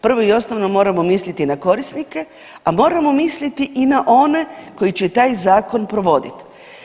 Prvo i osnovno moramo misliti na korisnike, a moramo misliti i na one koji će taj zakon provoditi.